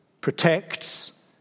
protects